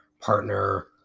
partner